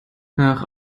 nach